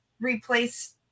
replace